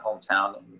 hometown